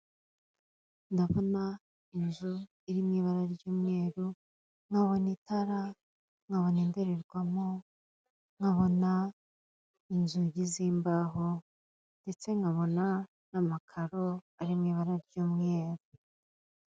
Ndabona inzu iri mu ibara ry'umweru nkabona itara, nkabona indorerwamo nkabona inzugi z'imbaho ndetse nkabona n'amakaro arimo ibara ry'umweru.